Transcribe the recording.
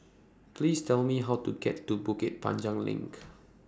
Please Tell Me How to get to Bukit Panjang LINK